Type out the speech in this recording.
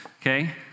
okay